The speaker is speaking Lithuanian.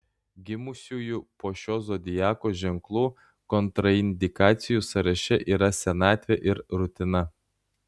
gimusiųjų po šiuo zodiako ženklu kontraindikacijų sąraše yra senatvė ir rutina